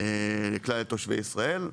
לכלל תושבי ישראל,